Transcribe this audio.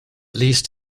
least